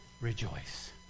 rejoice